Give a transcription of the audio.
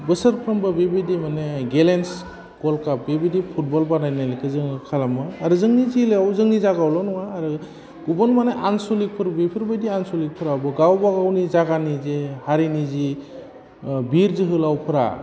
बोसोरफ्रोमबो बिबायदि माने गेलेन्स गलकाप बिबायदि फुटबल बादायलायनायखो जोङो खालामो आरो जोंनि जिल्लायाव जोंनि जागायावल' नङा आरो गुबुन माने आनस'लिखफोर बेफोरबायदि आनस'लिखफ्राबो गाव गाबावनि जागानि जे हारिनि जि बिर जोहोलावफ्रा